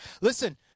Listen